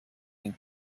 den